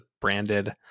branded